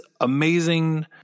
amazing